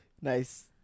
Nice